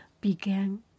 began